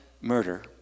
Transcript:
murder